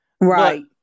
Right